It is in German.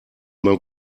man